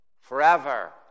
forever